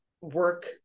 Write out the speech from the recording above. work